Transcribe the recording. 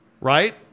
right